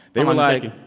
they were like.